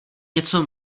něco